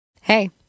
Hey